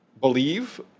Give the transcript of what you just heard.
believe